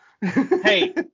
Hey